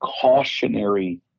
cautionary